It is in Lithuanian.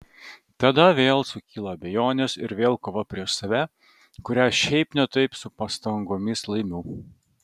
tada vėl sukyla abejonės ir vėl kova prieš save kurią šiaip ne taip su pastangomis laimiu